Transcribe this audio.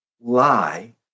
lie